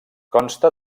consta